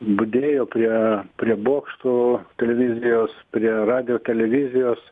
budėjo prie prie bokšto televizijos prie radijo televizijos